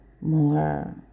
more